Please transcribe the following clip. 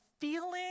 feeling